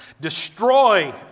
Destroy